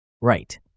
Right